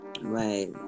right